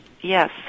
Yes